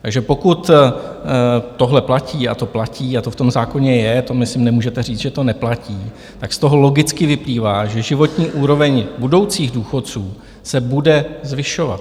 Takže pokud tohle platí a to platí a to v tom zákoně je, to, myslím, nemůžete říct, že to neplatí, tak z toho logicky vyplývá, že životní úroveň budoucích důchodců se bude zvyšovat.